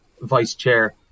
Vice-Chair